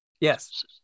Yes